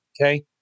Okay